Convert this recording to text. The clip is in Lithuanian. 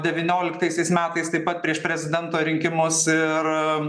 devynioliktaisiais metais taip pat prieš prezidento rinkimus ir